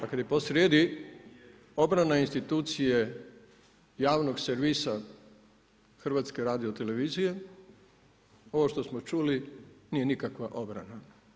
A kad je po srijedi obrana institucije javnog servisa HRT-a, ovo što smo čuli, nije nikakva obrana.